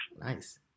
Nice